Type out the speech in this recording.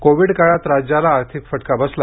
Covid काळात राज्याला आर्थिक फटका बसला